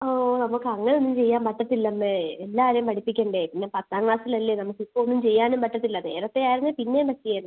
ഓ നമുക്കങ്ങനൊന്നും ചെയ്യാൻ പറ്റത്തില്ലമ്മേ എല്ലാരേം പഠിപ്പിക്കണ്ടേ പിന്നെ പത്താം ക്ലാസ്സിലല്ലേ നമുക്കിപ്പവൊന്നും ചെയ്യാനും പറ്റത്തില്ല നേരത്തെയായിരുന്നേൽ പിന്നേം പറ്റിയേനേ